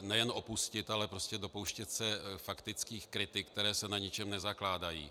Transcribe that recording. Nejen opustit, ale dopouštět se faktických kritik, které se na ničem nezakládají.